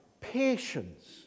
patience